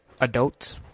adults